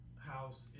house